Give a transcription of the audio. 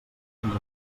fins